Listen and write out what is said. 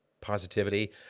positivity